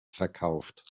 verkauft